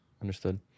understood